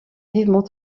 vivement